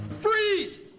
freeze